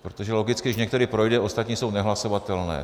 Protože logicky když některý projde, ostatní jsou nehlasovatelné.